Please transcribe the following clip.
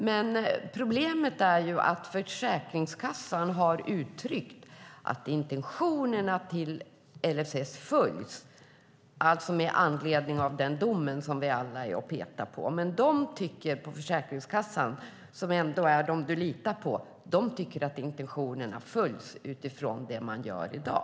Men problemet är att Försäkringskassan har uttryckt att intentionerna i LSS följs, alltså med anledning av den dom som vi alla petar i. Men Försäkringskassan, som ändå är den som du, Roland Utbult, litar på, tycker att intentionerna följs utifrån det som man gör i dag.